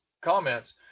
comments